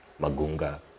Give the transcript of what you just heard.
Magunga